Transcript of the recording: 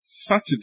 Saturday